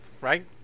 right